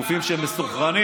על האוכל שראש הממשלה אכל,